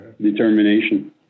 determination